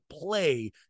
play